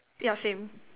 yeah same